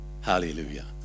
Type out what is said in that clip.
hallelujah